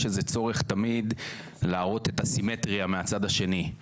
איזה צורך תמיד להראות את הסימטריה מהצד השני.